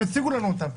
הם הציגו לנו אותם,